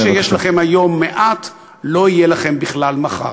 מה שיש לכם היום מעט לא יהיה לכם בכלל מחר.